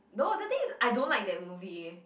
no the thing is I don't like that movie